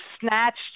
snatched